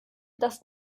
dass